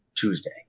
Tuesday